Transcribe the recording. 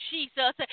Jesus